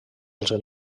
els